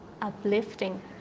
uplifting